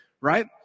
right